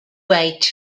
wait